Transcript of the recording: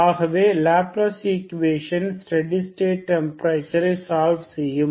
ஆகவே Laplace equation steady state temperature solve செய்யும்